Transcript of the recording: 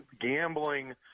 gambling